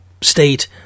state